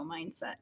Mindset